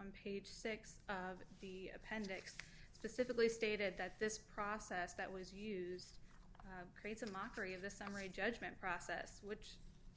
on page six of the appendix specifically stated that this process that was used creates a mockery of the summary judgment process which